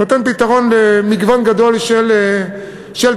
נותן פתרון למגוון גדול של תלמידים.